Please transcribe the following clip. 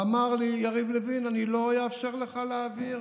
אמר לי יריב לוין: אני לא אאפשר לך להעביר,